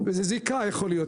זיקה יכול להיות.